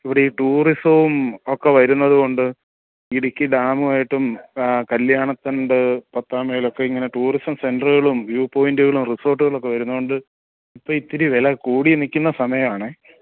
ഇവിടെ ഈ ടൂറിസവും ഒക്കെ വരുന്നതുകൊണ്ട് ഇടുക്കി ഡാമുവായിട്ടും കല്ല്യാണത്തണ്ട് പത്താംമൈല് ഒക്കെയിങ്ങനെ ടൂറിസം സെൻ്ററുകളും വ്യൂ പോയിൻ്റുകളും റിസോർട്ടുകളൊക്കെ വരുന്നതുകൊണ്ട് ഇപ്പം ഇച്ചിരി വില കൂടിനിൽക്കുന്ന സമയമാണ്